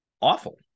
awful